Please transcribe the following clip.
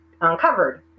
uncovered